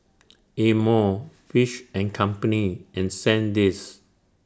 Amore Fish and Company and Sandisk